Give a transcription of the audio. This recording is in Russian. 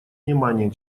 внимание